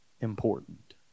important